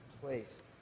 place